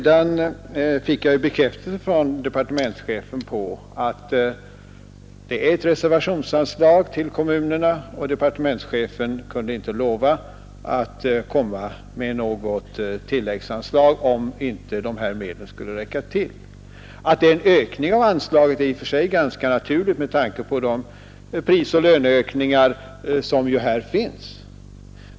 Jag fick en bekräftelse av departementschefen på att det är ett reservationsanslag till kommunerna. Departementschefen kunde inte lova att komma med något tilläggsanslag om dessa medel inte skulle räcka till. Att anslaget höjts är i och för sig ganska naturligt med tanke på de prisoch löneökningar som skett.